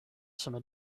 summer